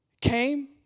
came